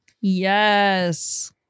Yes